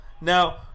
Now